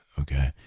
okay